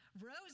rose